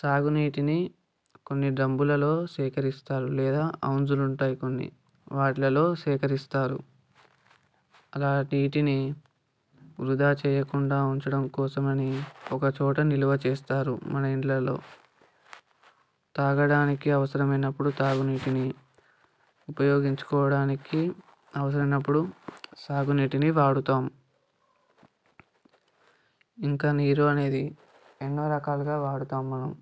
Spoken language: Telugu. సాగునీటిని కొన్ని డ్రమ్ములలో సేకరిస్తారు లేదా ఔంజులు ఉంటాయి కొన్ని వాటిలలో సేకరిస్తారు అలా నీటిని వృథా చేయకుండా ఉంచడం కోసమని ఒకచోట నిలువ చేస్తారు మన ఇళ్ళలో త్రాగడానికి అవసరమైనప్పుడు త్రాగునీటిని ఉపయోగించుకోవడానికి అవసరమైనప్పుడు సాగునీటిని వాడుతాము ఇంకా నీరు అనేది ఎన్నో రకాలుగా వాడతాము మనం